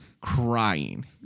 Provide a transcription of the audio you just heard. crying